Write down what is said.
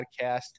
podcast